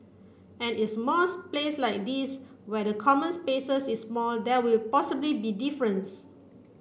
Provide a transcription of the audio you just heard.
and in place like this where the common spaces is small there will possibly be difference